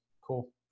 cool